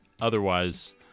otherwise